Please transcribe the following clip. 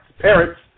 parents